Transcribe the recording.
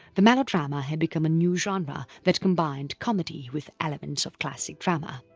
the melodrama had become a new genre that combined comedy with elements of classic drama.